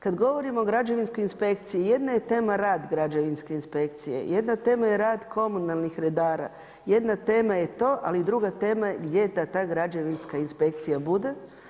Kada govorimo o građevinskoj inspekciji jedna je tema rad građevinske inspekcije, jedna tema je rad komunalnih redara, jedna tema je to ali druga tema je da ta građevinska inspekcija bude.